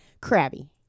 crabby